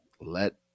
let